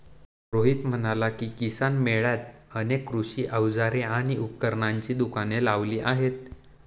रोहित म्हणाला की, किसान मेळ्यात अनेक कृषी अवजारे आणि उपकरणांची दुकाने लावली आहेत